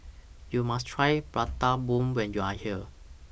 YOU must Try Prata Bomb when YOU Are here